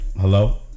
hello